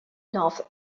north